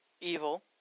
evil